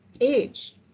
age